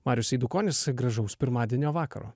marius eidukonis gražaus pirmadienio vakaro